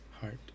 heart